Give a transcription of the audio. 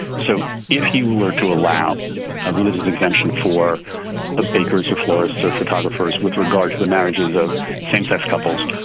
so if you were to allow a religious exemption for the bakers or florists or photographers with regard to the marriages of same-sex couples,